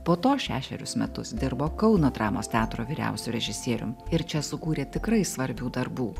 po to šešerius metus dirbo kauno dramos teatro vyriausiu režisierium ir čia sukūrė tikrai svarbių darbų